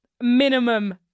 minimum